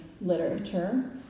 Literature